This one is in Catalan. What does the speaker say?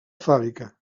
fàbrica